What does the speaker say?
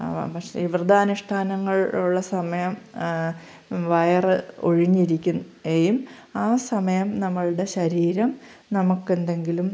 അപ്പം പക്ഷേ വ്രതാനുഷ്ടാനങ്ങൾ ഉള്ള സമയം വയർ ഒഴിഞ്ഞിരിക്കുകയും ആ സമയം നമ്മളുടെ ശരീരം നമുക്കെന്തെങ്കിലും